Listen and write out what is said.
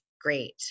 great